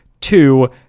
Two